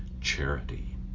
charity